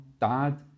dad